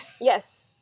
Yes